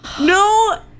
No